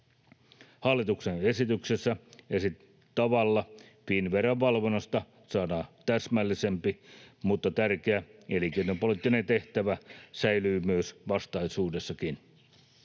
Hallituksen esityksessä esitetyllä tavalla Finnveran valvonnasta saadaan täsmällisempi mutta tärkeä elinkeinopoliittinen tehtävä säilyy vastaisuudessakin.